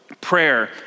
prayer